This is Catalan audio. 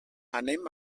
anem